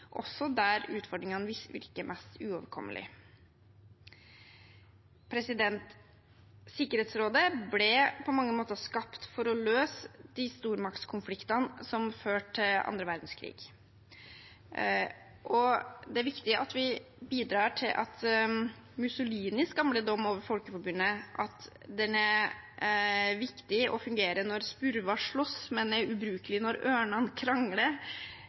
også der utfordringene virker mest uoverkommelige. Sikkerhetsrådet ble på mange måter skapt for å løse de stormaktskonfliktene som førte til annen verdenskrig. Det er viktig at vi bidrar til at Mussolinis gamle dom over Folkeforbundet – at det er viktig og fungerer når spurver slåss, men ubrukelig når ørnene krangler